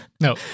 No